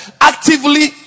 actively